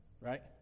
Right